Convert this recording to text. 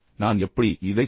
நான் எப்படி இதைச் செய்தேன்